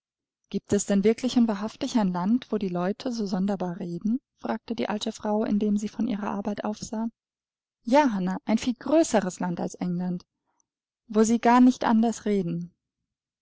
giebt es denn wirklich und wahrhaftig ein land wo die leute so sonderbar reden fragte die alte frau indem sie von ihrer arbeit aufsah ja hannah ein viel größeres land als england wo sie gar nicht anders reden